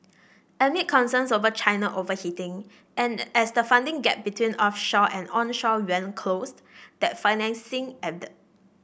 amid concerns over China overheating and as the funding gap between offshore and onshore yuan closed that financing ebbed